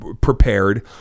prepared